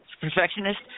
perfectionist